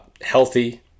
healthy